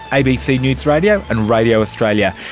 abc news radio and radio australia,